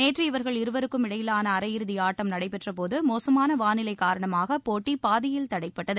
நேற்று இவர்கள் இருவருக்கும் இடையேயான அரையிறுதி ஆட்டம் நடைபெற்றபோது மோசமான வானிலை காரணமாக போட்டி பாதியில் தடைப்பட்டது